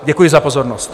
Děkuji za pozornost.